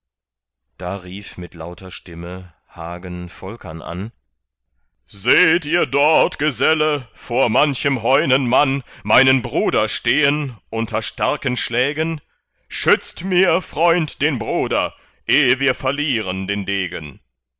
da rief mit lauter stimme hagen volkern an seht ihr dort geselle vor manchem heunenmann meinen bruder stehen unter starken schlägen schützt mir freund den bruder eh wir verlieren den degen